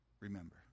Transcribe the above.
remember